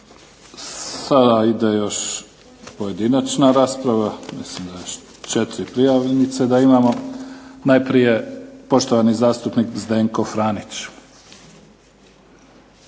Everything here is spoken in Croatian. Sada ide još pojedinačna rasprava. Mislim da četiri prijavnice da imamo. Najprije poštovani zastupnik Zdenko Franić.